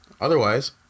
Otherwise